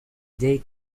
jake